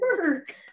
work